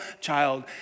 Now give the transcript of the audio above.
child